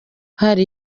hari